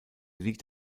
liegt